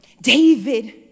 David